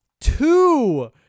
two